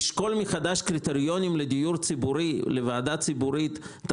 לשקול מחדש קריטריונים לדיור ציבורי בוועדה ציבורית ב-45 יום,